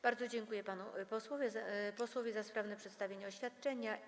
Bardzo dziękuję panu posłowi za sprawne przedstawienie oświadczenia.